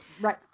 Right